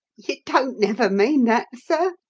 you don't never mean that, sir?